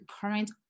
current